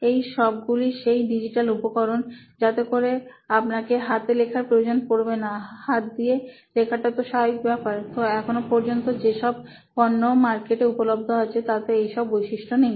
এই সবগুলি সেই ডিজিটাল উপকরণ যাতে করে আপনাকে হাতে লেখার প্রয়োজন পড়বে না হাত দিয়ে লেখাটা তো স্বাভাবিক ব্যাপার তো এখনো পর্যন্ত যেসব পণ্য মার্কেটে উপলব্ধ আছে তাতে এই সব বৈশিষ্ট্য নেই